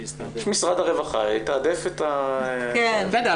שמשרד הרווחה יתעדף את ה- -- רגע,